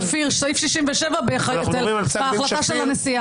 שפיר, סעיף 67 בהחלטה של הנשיאה.